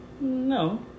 No